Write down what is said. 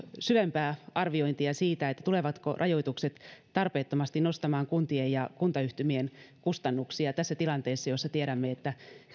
syvempää arviointia siitä tulevatko rajoitukset tarpeettomasti nostamaan kuntien ja kuntayhtymien kustannuksia tässä tilanteessa kun tiedämme että